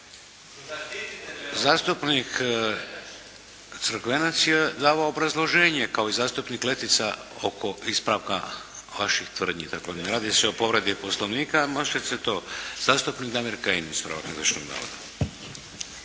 Zastupnik Crkvenac je davao obrazloženje, kao i zastupnik Letica oko ispravka vaših tvrdnji. Dakle, ne radi se o povredi Poslovnika …/Govornik se ne razumij./… Zastupnik Damir Kajin, ispravak